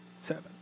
seven